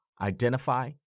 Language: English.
Identify